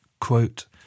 quote